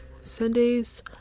Sundays